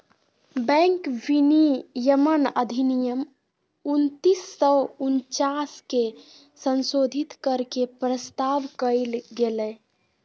bank विनियमन अधिनियम उन्नीस सौ उनचास के संशोधित कर के के प्रस्ताव कइल गेलय